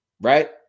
right